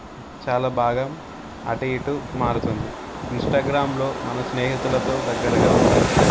చాలా బాగా అటు ఇటు మారుతుంది ఇంస్టాగ్రామ్లో మన స్నేహితులతో దగ్గరగా ఉండొచ్చు